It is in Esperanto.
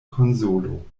konsolo